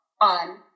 on